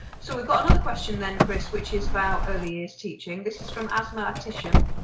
so we've got another question then chris which is about early years teaching, this is from asma ahtisham.